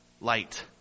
Light